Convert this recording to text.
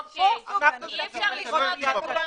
אז פה אנחנו צריכים לנקוט ביד קשה.